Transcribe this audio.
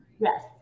Yes